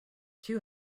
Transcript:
two